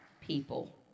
people